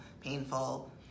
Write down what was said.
painful